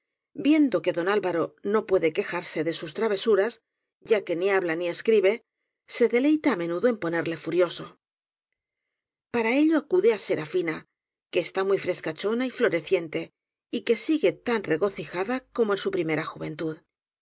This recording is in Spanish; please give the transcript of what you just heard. viendo que don alvaro no puede quejarse de sus travesuras ya que ni habla ni escribe se deleita á menudo en ponerle furioso para ello acude á serafina que está muy fresca chona y floreciente y'quesigue tan regocijada como en su primera juventud